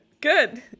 good